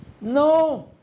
No